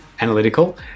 analytical